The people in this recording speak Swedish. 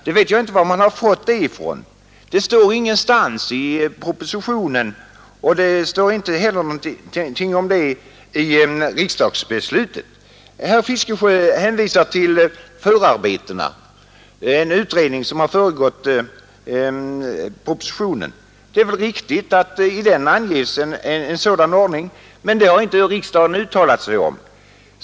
Detta står ingenstans i propositionen, och det sägs inte heller någonting om det i riksdagsbeslutet. Herr Fiskesjö hänvisade till förarbetena, dvs. den utredning som har föregått propositionen. Det är riktigt att i den anges en sådan ordning, men detta har inte riksdagen uttalat sig om.